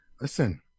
Listen